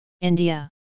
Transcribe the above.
India